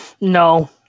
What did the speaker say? No